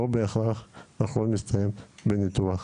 לא בהכרח הכול מסתיים בניתוח.